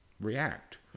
react